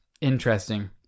Interesting